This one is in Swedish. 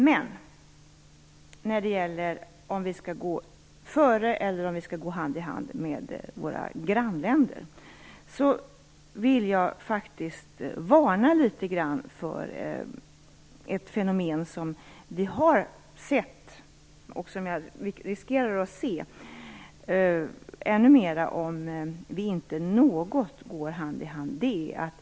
Men när det gäller om vi skall gå före eller hand i hand med våra grannländer vill jag faktiskt varna litet grand för ett fenomen som vi har sett och som vi riskerar att se ännu mera av om vi inte något går hand i hand med våra grannländer.